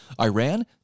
Iran